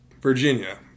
Virginia